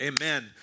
Amen